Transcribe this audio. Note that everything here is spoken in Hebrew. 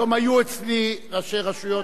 לא,